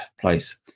place